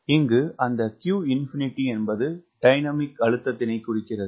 இங்கு அந்த q∞ என்பது டைனமிக் அழுத்ததினைக் குறிக்கிறது